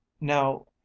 Now